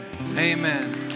Amen